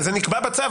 זה נקבע בצו,